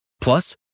Plus